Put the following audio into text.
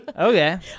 Okay